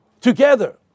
together